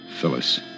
Phyllis